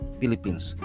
Philippines